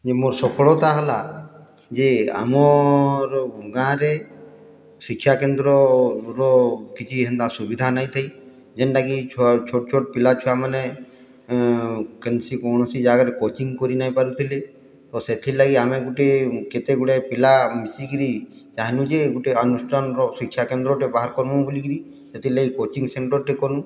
ଇ ମୋର୍ ସଫଳତା ହେଲା ଯେ ଆମର୍ ଗାଁରେ ଶିକ୍ଷା କେନ୍ଦ୍ରର କିଛି ହେନ୍ତା ସୁବିଧା ନାଇଁ ଥାଇ ଜେନ୍ଟାକି ଛୋଟ୍ ଛୋଟ୍ ପିଲା ଛୁଆମାନେ କେନ୍ସି କୌଣସି ଜାଗାରେ କୋଚିଂ କରିନାଇଁପାରୁଥିଲେ ତ ସେଥିର୍ଲାଗି ଆମେ ଗୁଟେ କେତେଗୁଡ଼ାଏ ପିଲା ମିଶିକରି ଚାହେଁଲୁ ଯେ ଗୁଟେ ଅନୁଷ୍ଠାନ୍ର ଶିକ୍ଷା କେନ୍ଦ୍ରଟେ ବାହାର୍ କର୍ମୁ ବୋଲିକିରି ସେଥିର୍ଲାଗି କୋଚିଂ ସେଣ୍ଟର୍ଟେ କର୍ମୁ